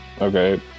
Okay